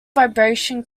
vibration